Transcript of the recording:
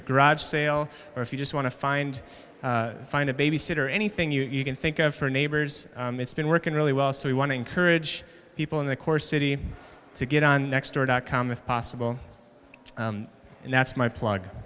grudge sale or if you just want to find find a babysitter anything you can think of her neighbors it's been working really well so we want to encourage people in the core city to get on next door dot com if possible and that's my plug